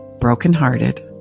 brokenhearted